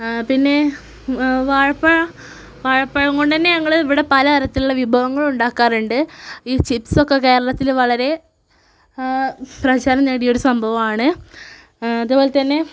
പിന്നെ വാഴപ്പ വാഴപ്പഴം കൊണ്ടു തന്നെ ഇവിടെ പല തരത്തിലുള്ള വിഭവങ്ങളുണ്ടാക്കാറുണ്ട് ഈ ചിപ്സൊക്കെ കേരളത്തിൽ വളരേ പ്രചാരം നേടിയൊരു സംഭവമാണ് അതുപോലെ തന്നെ